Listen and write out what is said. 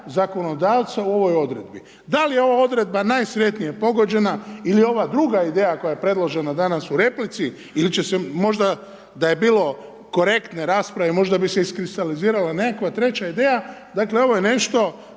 zakonodavca u ovoj odredbi. Da li je ovo odredba najsretnije pogođena ili je ova druga ideja koja predložena danas u replici ili će se možda da je bilo korektne rasprave, možda bi se iskristalizirala nekakva treća ideja, dakle ovo je nešto